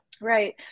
Right